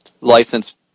license